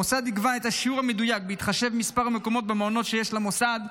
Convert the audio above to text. המוסד יקבע את השיעור המדויק בהתחשב במספר המקומות במעונות שיש למוסד,